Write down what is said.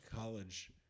college